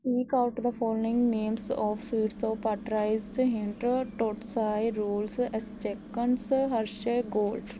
speak out the following names of sweets of pastries hints tootsie rolls ਐਸਚੈਕਨਸ Hershey cold